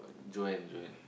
Joanne Joanne